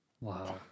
Wow